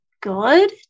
good